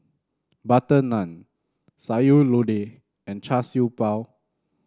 butter naan Sayur Lodeh and Char Siew Bao